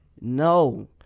No